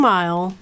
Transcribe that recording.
Mile